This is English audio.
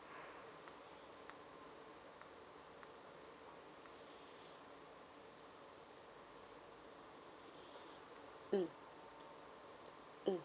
mm mm